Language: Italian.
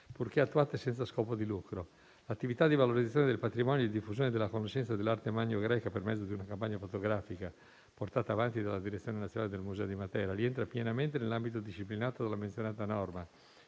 purché attuate senza scopo di lucro». L'attività di valorizzazione del patrimonio e di diffusione della conoscenza dell'arte magno-greca per mezzo di una campagna fotografica, portata avanti dalla direzione nazionale del Museo di Matera, rientra pienamente nell'ambito disciplinato dalla menzionata norma,